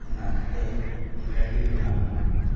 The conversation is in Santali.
ᱚᱱᱟᱛᱮ ᱠᱷᱮᱞᱳᱰᱤ ᱠᱚᱲᱟ ᱦᱚᱸ